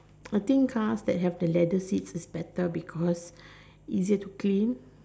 I think cars that have the leather seat is better because easier to clean